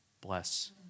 bless